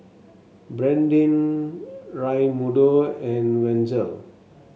Brandin Raymundo and Wenzel